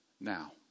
now